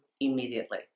immediately